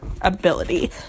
ability